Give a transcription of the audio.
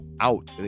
out